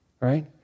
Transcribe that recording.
right